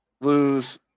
lose